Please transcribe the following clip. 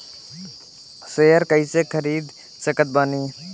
Share कइसे खरीद सकत बानी?